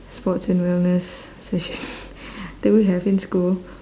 sports and wellness session that we have in school